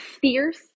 fierce